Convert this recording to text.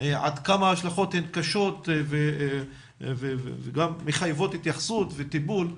עד כמה ההשלכות הן קשות ומחייבות התייחסות וטיפול,